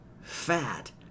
fat